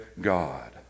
God